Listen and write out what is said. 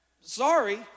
Sorry